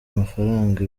amafaranga